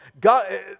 God